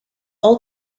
all